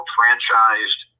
franchised